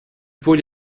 paul